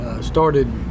Started